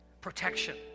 protection